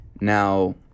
now